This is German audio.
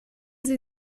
sie